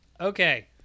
Okay